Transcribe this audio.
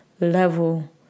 level